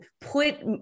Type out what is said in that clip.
put